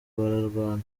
bararwana